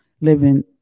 living